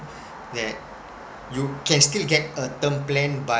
that you can still get a term plan but